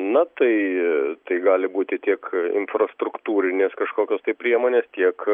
na tai gali būti tiek infrastruktūrinės kažkokios tai priemonės tiek